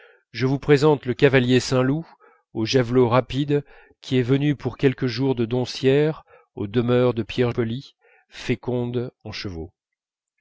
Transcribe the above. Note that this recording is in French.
je vous présente le cavalier saint loup aux javelots rapides qui est venu pour quelques jours de doncières aux demeures de pierre polie féconde en chevaux